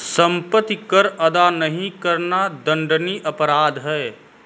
सम्पत्ति कर अदा नहीं करना दण्डनीय अपराध है